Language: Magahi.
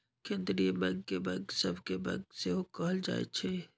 केंद्रीय बैंक के बैंक सभ के बैंक सेहो कहल जाइ छइ